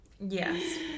yes